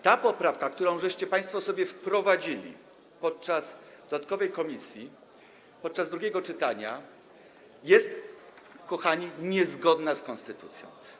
Ta poprawka, którą żeście państwo sobie wprowadzili podczas dodatkowego posiedzenia komisji, podczas drugiego czytania, jest, kochani, niezgodna z konstytucją.